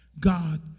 God